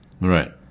Right